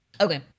Okay